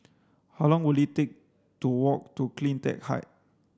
how long will it take to walk to CleanTech Height